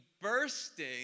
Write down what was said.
bursting